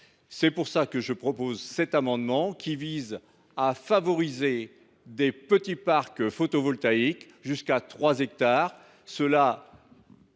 raison pour laquelle je défends cet amendement, qui vise à favoriser les petits parcs photovoltaïques, jusqu’à 3 hectares